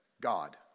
God